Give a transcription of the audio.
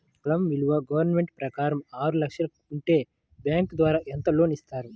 పొలం విలువ గవర్నమెంట్ ప్రకారం ఆరు లక్షలు ఉంటే బ్యాంకు ద్వారా ఎంత లోన్ ఇస్తారు?